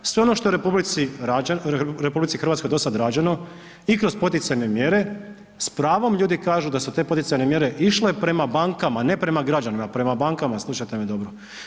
Sve što je ono u RH rađeno i kroz poticajne mjere s pravom ljudi kažu da su te poticajne mjere išle prema bankama, a ne prema građanima, prema bankama slušajte me dobro.